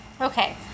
Okay